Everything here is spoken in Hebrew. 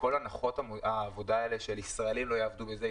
וכל הנחות העבודה האלה שישראלים לא יעבדו בזה,